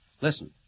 Listen